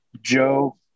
joe